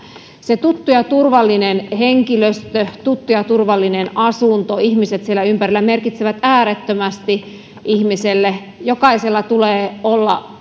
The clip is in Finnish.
se tuttu ja turvallinen henkilöstö tuttu ja ja turvallinen asunto ihmiset siellä ympärillä merkitsevät äärettömästi ihmiselle jokaisella tulee olla